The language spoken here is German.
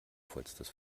vollstes